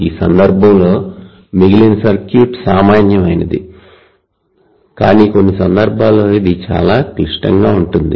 ఈ సందర్భంలో మిగిలిన సర్క్యూట్ సామాన్యమైనది కానీ కొన్ని సందర్భాల్లో ఇది చాలా క్లిష్టంగా ఉంటుంది